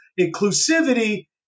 inclusivity